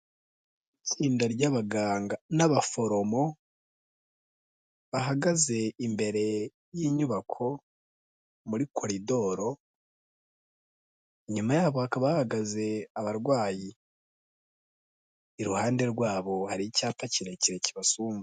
Itsinda ry'abaganga n'abaforomo bahagaze imbere y'inyubako muri koridoro, inyuma hakaba hahagaze abarwayi, iruhande rwabo hari icyapa kirekire kibasumba.